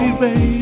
baby